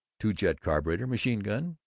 two-jet carburetor, machine gun,